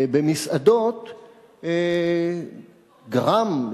במסעדות גרם,